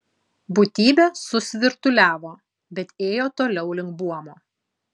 būtybė susvirduliavo bet ėjo toliau link buomo